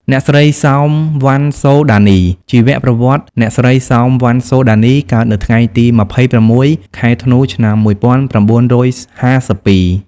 អ្នកស្រី សោម វណ្ណសូដានី ជីវប្រវត្តិ អ្នកស្រី សោម វណ្ណសូដានី កើតនៅថ្ងៃទី២៦ ខែធ្នូ ឆ្នាំ១៩៥២។